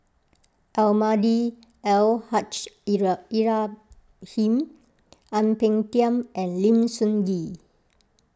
Almahdi Al Haj Ibrahim Ang Peng Tiam and Lim Sun Gee